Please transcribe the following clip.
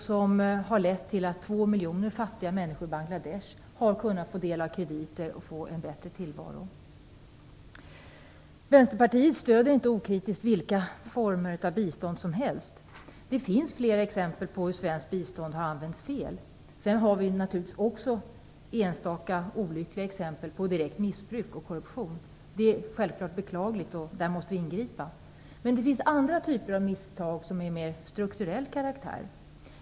Det har lett till att 2 miljoner fattiga människor i Bangladesh har kunnat få del av krediter och därmed en bättre tillvaro. Vänsterpartiet stöder inte okritiskt vilka former av bistånd som helst. Det finns flera exempel på hur svenskt bistånd har använts felaktigt. Sedan finns det också enstaka olyckliga exempel på direkt missbruk och korruption. Det är självfallet beklagligt och där måste vi ingripa. Men det finns andra typer av misstag som är av mer strukturell karaktär.